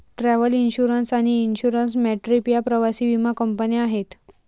travel insurance आणि InsureMyTrip या प्रवासी विमा कंपन्या आहेत